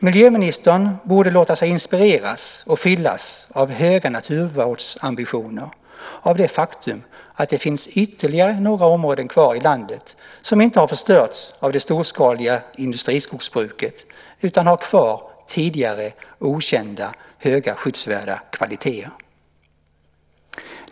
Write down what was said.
Miljöministern borde låta sig inspireras och fyllas av höga naturvårdsambitioner och av det faktum att det finns ytterligare några områden kvar i landet som inte har förstörts av det storskaliga industriskogsbruket utan har kvar tidigare okända höga skyddsvärda kvaliteter.